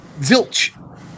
Zilch